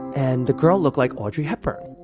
and the girl looked like audrey hepburn.